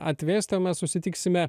atvėstama susitiksime